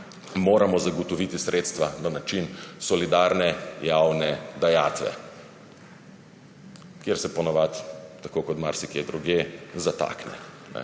moramo zagotoviti sredstva na način solidarne javne dajatve, kjer se po navadi tako kot marsikje drugje zatakne.